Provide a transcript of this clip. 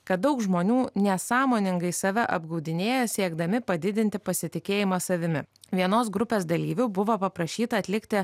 kad daug žmonių nesąmoningai save apgaudinėja siekdami padidinti pasitikėjimą savimi vienos grupės dalyvių buvo paprašyta atlikti